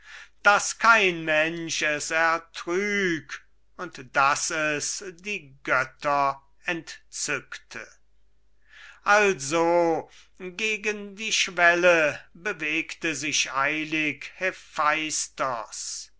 daß kein mensch es ertrüg und daß es die götter entzückte also gegen die schwelle bewegte sich eilig